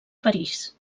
parís